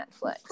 Netflix